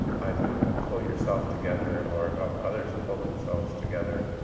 either pull yourself together or help others pull themselves together.